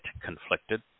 conflicted